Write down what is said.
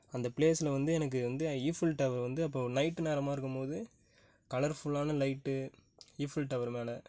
அந்த பிளேஸில் வந்து எனக்கு வந்து ஐ ஈஃபில் டவர் வந்து அப்போது நைட்டு நேரமாக இருக்கும்போது கலர்ஃபுல்லான லைட்டு ஈஃபில் டவரு மேலே